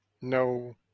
no